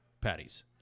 patties